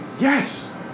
Yes